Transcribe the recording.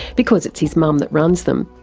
because it's his mum that runs them,